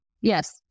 Yes